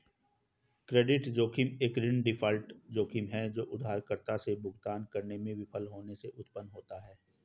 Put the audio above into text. credit जोखिम एक ऋण डिफ़ॉल्ट जोखिम है जो उधारकर्ता से भुगतान करने में विफल होने से उत्पन्न होता है